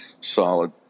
solid